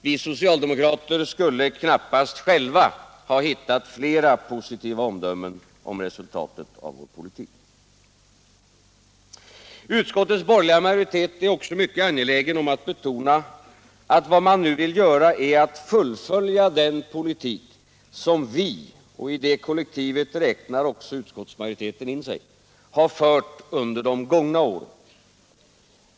Vi socialdemokrater skulle knappast själva ha hittat fler positiva omdömen om resultaten av vår politik. Utskottets borgerliga majoritet är också mycket angelägen om att betona att vad man nu vill göra är att fullfölja den politik som vi — och i detta kollektiv räknar också utskottsmajoriteten in sig — har fört under de gångna åren.